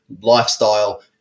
lifestyle